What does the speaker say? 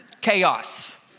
Chaos